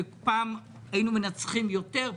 פעם היינו מנצחים יותר,